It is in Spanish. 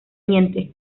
tte